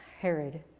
Herod